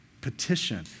petition